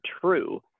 true